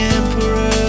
emperor